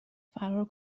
فرار